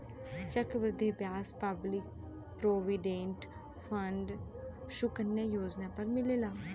चक्र वृद्धि ब्याज पब्लिक प्रोविडेंट फण्ड सुकन्या योजना पर मिलेला